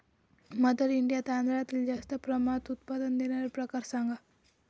mother India तांदळातील जास्त प्रमाणात उत्पादन देणारे प्रकार सांगा